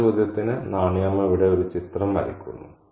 ആ ചോദ്യത്തിന് നാണി അമ്മ ഇവിടെ ഒരു ചിത്രം വരയ്ക്കുന്നു